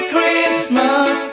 Christmas